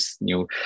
new